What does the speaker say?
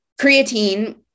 creatine